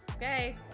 Okay